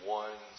one